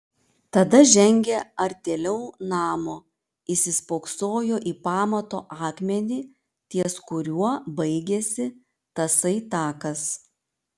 tada žengė artėliau namo įsispoksojo į pamato akmenį ties kuriuo baigėsi tasai takas